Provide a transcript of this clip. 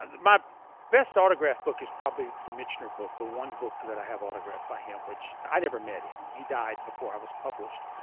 my best autographed book is probably the michener book. the one book that i have autographed by him, which, i never met him. he died before i was published.